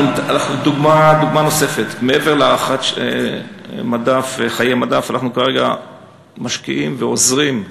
דוגמה נוספת: מעבר להארכת חיי מדף אנחנו כרגע משקיעים ועוזרים,